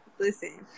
Listen